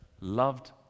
loved